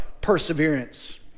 perseverance